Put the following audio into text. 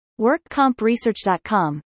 WorkCompResearch.com